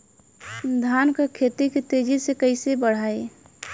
धान क खेती के तेजी से कइसे बढ़ाई?